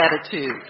attitude